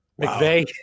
McVeigh